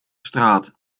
straat